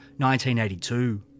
1982